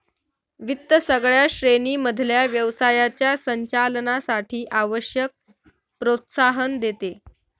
वित्त सगळ्या श्रेणी मधल्या व्यवसायाच्या संचालनासाठी आवश्यक प्रोत्साहन देते